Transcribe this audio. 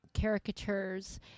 caricatures